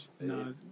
no